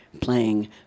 playing